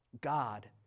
God